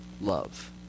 love